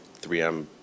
3M